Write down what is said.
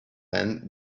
man